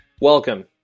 Welcome